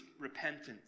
repentance